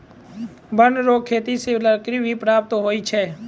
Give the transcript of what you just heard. वन रो खेती से लकड़ी भी प्राप्त हुवै छै